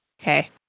Okay